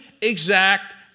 exact